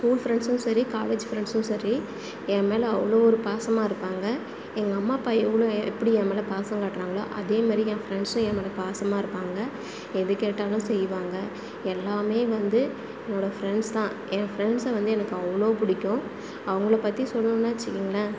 school ஃப்ரண்ட்ஸும் சரி college ஃப்ரண்ட்ஸும் சரி எம்மேல அவ்வளோ ஒரு பாசமாக இருப்பாங்க எங்கள் அம்மா அப்பா எவ்வளோ எப்படி எம்மேல பாசம் காட்டுறாங்களோ அதேமாதிரி என் ஃப்ரண்ட்ஸும் எம்மேல பாசமாக இருப்பாங்க எது கேட்டாலும் செய்வாங்க எல்லாமே வந்து என்னோடய ஃப்ரண்ட்ஸ்தான் என் ஃப்ரண்ட்ஸை வந்து எனக்கு அவ்வளோ பிடிக்கும் அவங்களப் பற்றி சொல்லணுன்னா வச்சுக்குங்களேன்